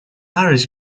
irish